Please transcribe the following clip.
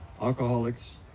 alcoholics